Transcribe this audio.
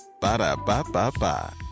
Ba-da-ba-ba-ba